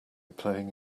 playing